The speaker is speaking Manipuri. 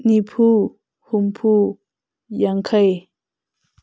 ꯅꯤꯐꯨ ꯍꯨꯝꯐꯨ ꯌꯥꯡꯈꯩ